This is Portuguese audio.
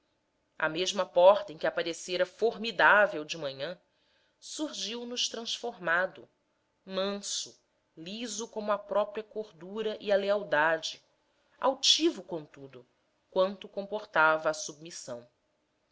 à mesma porta em que aparecera formidável de manhã surgiu nos transformado manso liso como a própria cordura e a lealdade altivo contudo quanto comportava a submissão